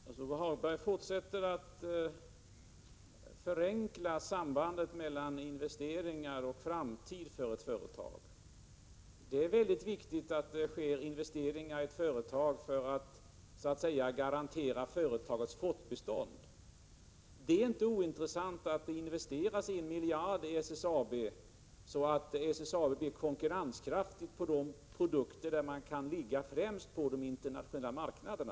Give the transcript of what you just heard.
Fru talman! Lars-Ove Hagberg fortsätter att förenkla sambandet mellan investeringar och framtid för ett företag. Det är viktigt att det sker investeringar i ett företag för att garantera företagets fortbestånd. Det är inte ointressant att en miljard investeras i SSAB, så att företaget blir konkurrenskraftigt när det gäller de produkter där man kan ligga främst på de internationella marknaderna.